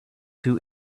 two